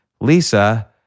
Lisa